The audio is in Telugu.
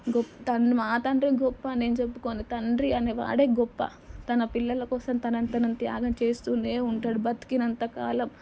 గొప్ప తన్ మా తండ్రే గొప్ప అని నేను చెప్పుకోను తండ్రి అనే వాడే గొప్ప తన పిల్లల కోసం తనని తను త్యాగం చేస్తూనే ఉంటాడు బ్రతికినంత కాలం